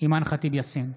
אימאן ח'טיב יאסין,